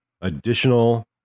additional